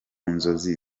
nzozi